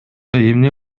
эмне